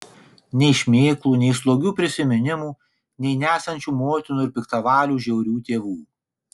nei šmėklų nei slogių prisiminimų nei nesančių motinų ir piktavalių žiaurių tėvų